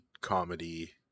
comedy